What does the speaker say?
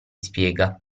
spiega